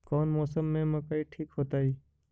कौन मौसम में मकई ठिक होतइ?